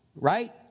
right